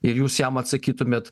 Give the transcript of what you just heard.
ir jūs jam atsakytumėt